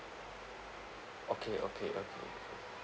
okay okay okay